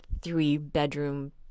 three-bedroom